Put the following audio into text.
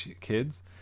kids